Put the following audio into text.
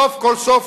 סוף כל סוף,